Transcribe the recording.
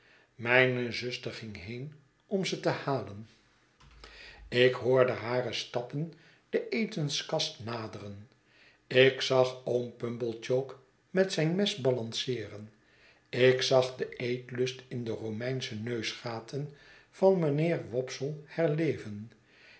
mijne zuster ging heen om ze te halen ik groote verwachtingen hoorde hare stappen de etenskast naderen ik zag oom pumblechook met zijn mes balanceeren ik zag den eetlust in de romeinsche neusgaten van mijnheer wopsle herleven